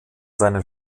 seinen